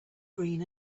green